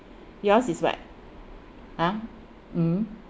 yours is what !huh! mm